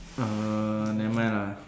uh never mind lah